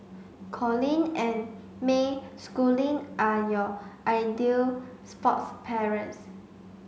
Colin and May Schooling are your ideal sports parents